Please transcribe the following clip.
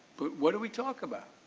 but what do we talk about?